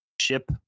ship